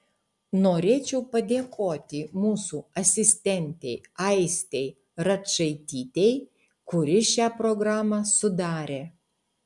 norėčiau padėkoti mūsų asistentei aistei račaitytei kuri šią programą sudarė